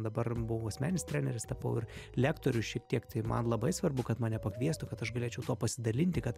dabar buvau asmeninis treneris tapau ir lektorius šiek tiek tai man labai svarbu kad mane pakviestų kad aš galėčiau tuo pasidalinti kad